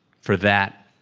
for that,